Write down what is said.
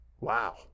wow